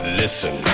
listen